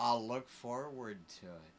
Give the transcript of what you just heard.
i'll look forward to